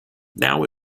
now